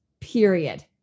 period